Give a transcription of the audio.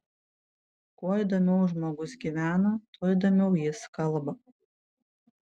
kuo įdomiau žmogus gyvena tuo įdomiau jis kalba